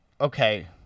okay